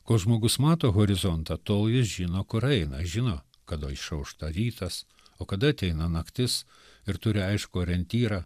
kol žmogus mato horizontą tol jis žino kur eina žino kada išaušta rytas o kada ateina naktis ir turi aiškų orientyrą